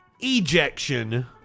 ejection